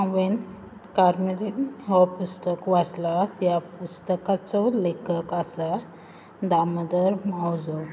हांवेन कार्मेलीन हो पुस्तक वाचला ह्या पुस्तकाचो लेखक आसा दामोदर मावजो